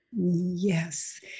Yes